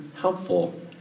helpful